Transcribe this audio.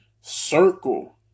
circle